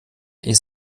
ich